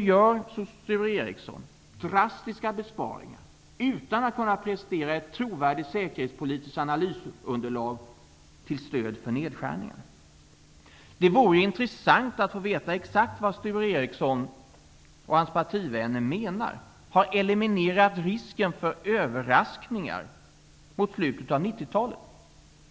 gör Sture Ericson drastiska besparingar utan att kunna prestera ett trovärdigt säkerhetspolitiskt analysunderlag till stöd för nedskärningarna. Det vore intressant att få veta exakt vad det är som Sture Ericson och hans partivänner menar har eliminerat risken för överraskningar mot slutet av 90-talet.